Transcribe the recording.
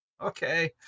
Okay